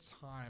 time